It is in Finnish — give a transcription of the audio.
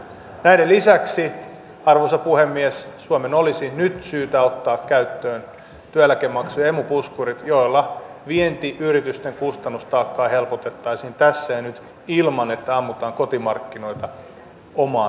näiden lisäksi arvoisa puhemies suomen olisi nyt syytä ottaa käyttöön työeläkemaksu ja emu puskurit joilla vientiyritysten kustannustaakkaa helpotettaisiin tässä ja nyt ilman että ammutaan kotimarkkinoita omaan jalkaan